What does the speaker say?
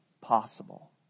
possible